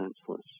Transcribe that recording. senseless